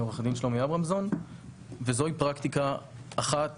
וזוהי פרקטיקה אחת